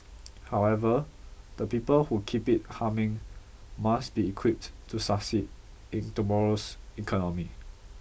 however the people who keep it humming must be equipped to succeed in tomorrow's economy